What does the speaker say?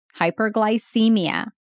hyperglycemia